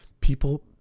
People